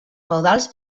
feudals